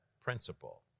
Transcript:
principle